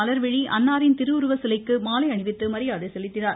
மலா்விழி அன்னாரின் திருவுருவச்சிலைக்கு மாலை அணிவித்து மரியாதை செலுத்தினார்